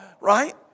right